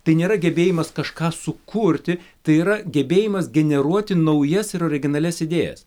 tai nėra gebėjimas kažką sukurti tai yra gebėjimas generuoti naujas ir originalias idėjas